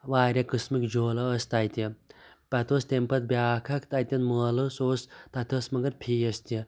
واریاہ قٕسمٕکۍ جوٗلہٕ ٲسۍ تَتہِ پَتہٕ اوس تَمہِ پَتہِ بیٛاکھ اَکھ تَتیٚن مٲلہٕ سُہ اوس تتھ اوس مَگَر فیٖس تہِ